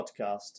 Podcast